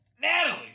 Natalie